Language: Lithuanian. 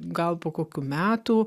gal po kokių metų